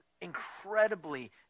incredibly